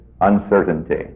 uncertainty